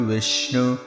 Vishnu